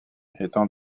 étant